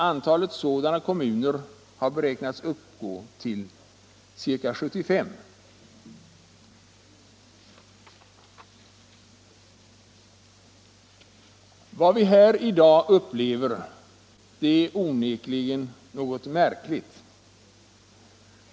Antalet sådana kommuner beräknas uppgå till ca 75. Vad vi i dag upplever är onekligen något märkligt.